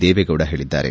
ದೇವೆಗೌಡ ಹೇಳಿದ್ದಾರೆ